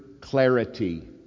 clarity